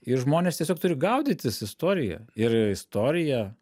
ir žmonės tiesiog turi gaudytis istoriją ir istorija